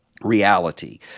reality